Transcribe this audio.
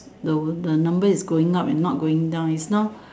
the the number is going up and not going down it's not